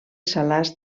salàs